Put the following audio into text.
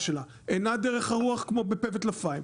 שלה אינה דרך הרוח כמו בפה וטלפיים,